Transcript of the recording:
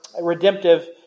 redemptive